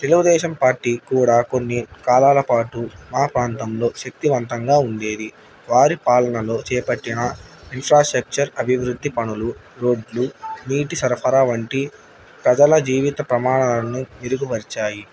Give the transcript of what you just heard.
Telugu Desam party కూడా కొన్ని కాలాల పాటు మా ప్రాంతంలో శక్తివంతంగా ఉండేది వారి పాలనలో చేపట్టిన ఇన్ఫ్రాస్ట్రక్చర్ అభివృద్ధి పనులు రోడ్లు నీటి సరఫరా వంటి ప్రజల జీవిత ప్రమాణాలను మెరుగుపరచాయి